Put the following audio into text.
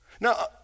Now